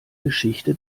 geschichte